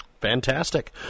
Fantastic